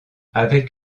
avec